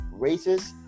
racist